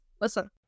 listen